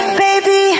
baby